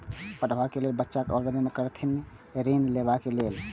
पढ़वा कै लैल बच्चा कैना आवेदन करथिन ऋण लेवा के लेल?